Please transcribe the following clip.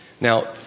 Now